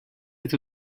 est